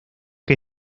que